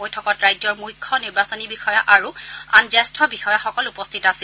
বৈঠকত ৰাজ্যৰ মুখ্য নিৰ্বাচনী বিষয়া আৰু আন জ্যেষ্ঠ বিষয়াসকল উপস্থিত আছিল